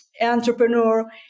entrepreneur